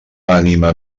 ànima